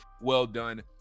well-done